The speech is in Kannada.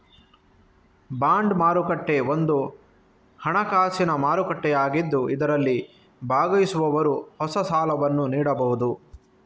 ಬಾಂಡ್ ಮಾರುಕಟ್ಟೆ ಒಂದು ಹಣಕಾಸಿನ ಮಾರುಕಟ್ಟೆಯಾಗಿದ್ದು ಇದರಲ್ಲಿ ಭಾಗವಹಿಸುವವರು ಹೊಸ ಸಾಲವನ್ನು ನೀಡಬಹುದು